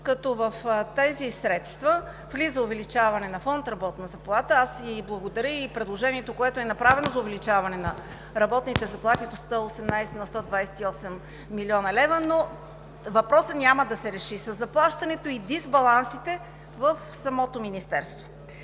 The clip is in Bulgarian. като в тези средства влиза увеличаване на фонд „Работна заплата“. Аз Ви благодаря – предложението, което е направено, е за увеличаване на средствата за работни заплати от 118 на 128 млн. лв., но въпросът няма да се реши със заплащането и дисбалансите в самото Министерство.